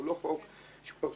הוא לא חוק פרסונלי,